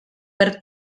per